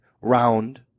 round